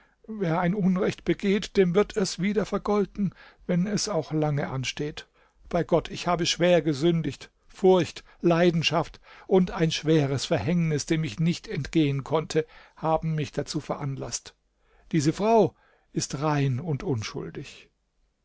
wer ein unrecht begeht dem wird es wieder vergolten wenn es auch lange ansteht bei gott ich habe schwer gesündigt furcht leidenschaft und ein schweres verhängnis dem ich nicht entgehen konnte haben mich dazu veranlaßt diese frau ist rein und unschuldig